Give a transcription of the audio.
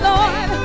Lord